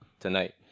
Tonight